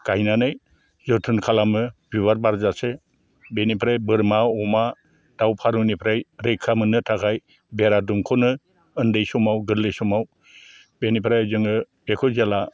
गायनानै जोथोन खालामो बिबार बारजासे बेनिफ्राय बोरमा अमा दाव फारौनिफ्राय रैखा मोननो थाखाय बेरा दुमख'नो उन्दै समाव गोरलै समाव बेनिफ्राय जोङो बेखौ जेला